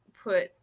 put